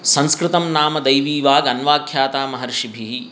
संस्कृतं नाम दैवीवाक् अन्वाख्याता महर्षिभिः